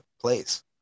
place